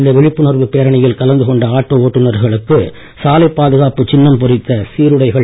இந்த விழிப்புணர்வு பேரணியில் கலந்து கொண்ட ஆட்டோ ஓட்டுனர்களுக்கு சாலைப் பாதுகாப்பு சின்னம் பொறித்த சீருடைகள் வழங்கப்பட்டன